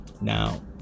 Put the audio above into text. Now